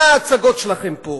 מה ההצגות שלכם פה,